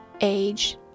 age